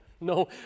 No